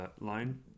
line